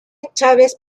chávez